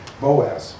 Moab